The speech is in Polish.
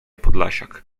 podlasiak